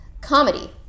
comedy